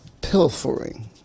pilfering